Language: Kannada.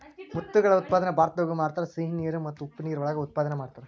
ಮುತ್ತುಗಳ ಉತ್ಪಾದನೆ ಭಾರತದಾಗು ಮಾಡತಾರ, ಸಿಹಿ ನೇರ ಮತ್ತ ಉಪ್ಪ ನೇರ ಒಳಗ ಉತ್ಪಾದನೆ ಮಾಡತಾರ